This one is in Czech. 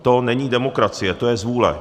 To není demokracie, to je zvůle.